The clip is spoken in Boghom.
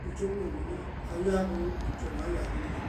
gɨ twom nimguna ayuaigɨwu, toh maa yuaiga migin.